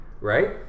Right